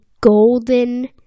golden